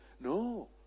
no